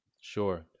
Sure